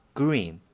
green，